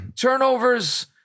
turnovers